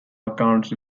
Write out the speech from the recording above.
accounts